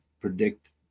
predict